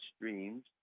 streams